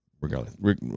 Regardless